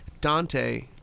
Dante